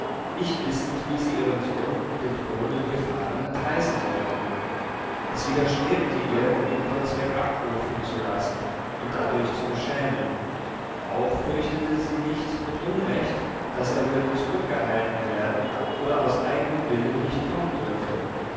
nicht wissend wie sie ihren sohn den drohenden gefahren entreißen sollte es widerstrebte ihr ihn kurzweg abrufen zu lassen und dadurch zu beschämen auch fürchtete sie nicht mit unrecht daß er würde zurückgehalten werden oder aus eigenem willen nicht kommen dürfte